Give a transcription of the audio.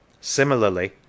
Similarly